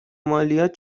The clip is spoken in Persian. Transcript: مالیات